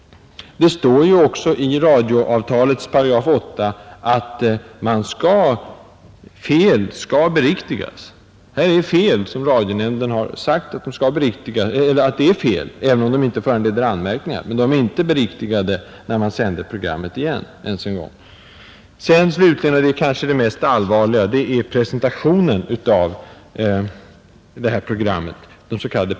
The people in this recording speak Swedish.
Det står också i radioavtalets § 8 att fel skall beriktigas. Radionämnden har i detta fall uttalat att det är fråga om fel, även om de inte skall föranleda anmärkningar. Ändå är de inte beriktigade ens när man sänder programmet igen. Det kanske mest allvarliga är slutligen presentationen av programmet, des.k.